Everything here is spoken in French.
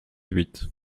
huit